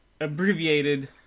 abbreviated